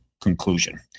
conclusion